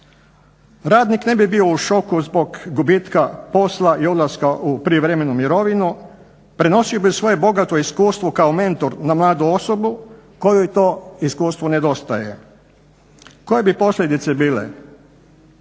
Radnik ne bi bio u šoku zbog gubitka posla i odlaska u prijevremenu mirovinu, prenosio bi svoje bogato iskustvo kao mentor na mladu osobu kojoj to iskustvo nedostaje. Koje bi posljedice bile?